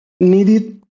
needed